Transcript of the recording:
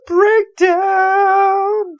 Breakdown